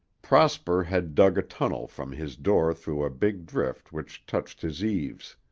prosper had dug a tunnel from his door through a big drift which touched his eaves.